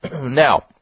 Now